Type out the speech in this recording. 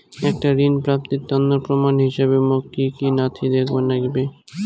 একটা ঋণ প্রাপ্তির তন্ন প্রমাণ হিসাবে মোক কী কী নথি দেখেবার নাগিবে?